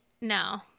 No